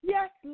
Yes